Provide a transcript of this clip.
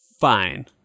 Fine